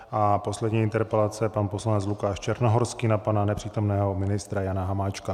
A poslední interpelace pan poslanec Lukáš Černohorský na pana nepřítomného ministra Jana Hamáčka.